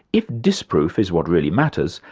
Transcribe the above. if disproof is what really matters,